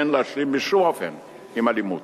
אין להשלים בשום אופן עם אלימות.